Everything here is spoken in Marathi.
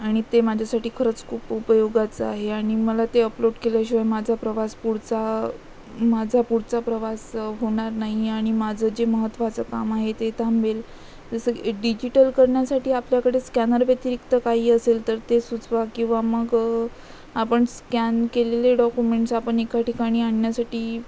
आणि ते माझ्यासाठी खरंच खूप उपयोगाचं आहे आणि मला ते अपलोड केल्याशिवाय माझा प्रवास पुढचा माझा पुढचा प्रवास होणार नाही आणि माझं जे महत्त्वाचं काम आहे ते थांबेल जसं डिजिटल करण्यासाठी आपल्याकडे स्कॅनरव्यतिरिक्त काही असेल तर ते सुचवा किंवा मग आपण स्कॅन केलेले डॉक्युमेंट्स आपण एका ठिकाणी आणण्यासाठी